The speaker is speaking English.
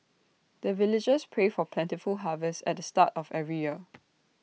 the villagers pray for plentiful harvest at the start of every year